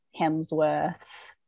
Hemsworths